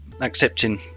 accepting